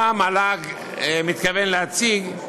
מה המל"ג מתכוון להציג,